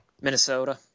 Minnesota